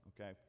okay